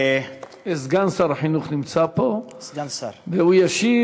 סגן שר החינוך נמצא פה, והוא ישיב.